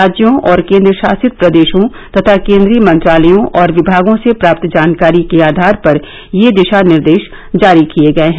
राज्यों और केन्द्रशासित प्रदेशों तथा केन्द्रीय मंत्रालयों और विभागों से प्राप्त जानकारी के आधार पर ये दिशा निर्देश जारी किए गए हैं